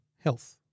health